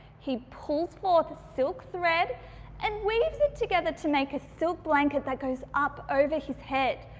he pulls forth the silk thread and weaves it together to make a silk blanket that goes up over his head.